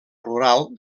rural